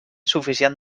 suficient